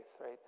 right